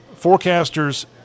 forecasters